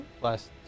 plus